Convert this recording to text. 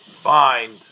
find